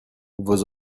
vos